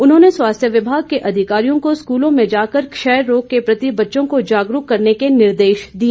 उन्होंने स्वास्थ्य विभाग के अधिकारियों को स्कूलों में जाकर क्षय रोग के प्रति बच्चों को जागरूक करने के निर्देश दिए